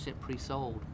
pre-sold